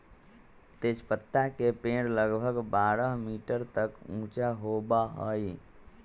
तेजपत्ता के पेड़ लगभग बारह मीटर तक ऊंचा होबा हई